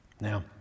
Now